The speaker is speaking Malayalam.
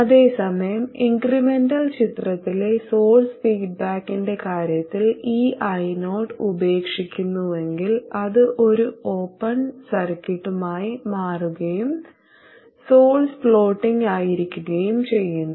അതേസമയം ഇൻക്രെമെന്റൽ ചിത്രത്തിലെ സോഴ്സ് ഫീഡ്ബാക്കിന്റെ കാര്യത്തിൽ ഈ io ഉപേക്ഷിക്കുന്നുവെങ്കിൽ അത് ഒരു ഓപ്പൺ സർക്യൂട്ടായി മാറുകയും സോഴ്സ് ഫ്ലോട്ടിങ്ങായിരിക്കുകയും ചെയ്യുന്നു